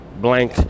blank